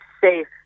safe